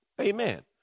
amen